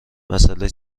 مسئله